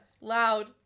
loud